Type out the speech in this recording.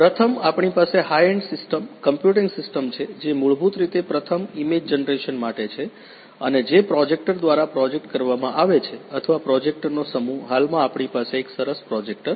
પ્રથમ આપણી પાસે high end system computing system છે જે મૂળભૂત રીતે પ્રથમ ઇમેજ જનરેશન માટે છે અને જે પ્રોજેક્ટર દ્વારા પ્રોજેકટ કરવામાં આવે છે અથવા પ્રોજેક્ટરનો સમૂહ હાલમાં આપણી પાસે એક સરસ પ્રોજેક્ટર છે